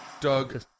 Doug